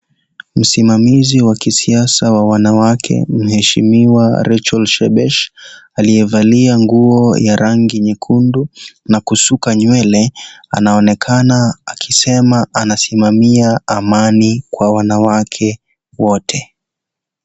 Msimamizi wa kisiasa wa wananwake mweshimiwa Rachel Shebesh, aliyevalia nguo ya rangi nyekundu na kusuka nywele ,anaonekana akisema anasimamia amani kwa wanawake wote.